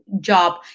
job